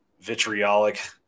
vitriolic